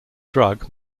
drug